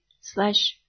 slash